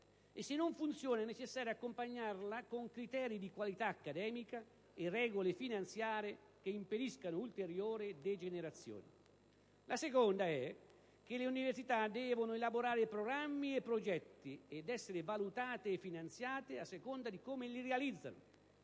e, se non funziona, è necessario accompagnarla con criteri di qualità accademica e regole finanziarie che impediscano ulteriori degenerazioni. La seconda è che le università devono elaborare programmi e progetti ed essere valutate e finanziate a seconda di come li realizzano,